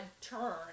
turn